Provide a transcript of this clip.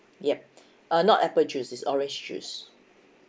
yup uh not apple juice it's orange juice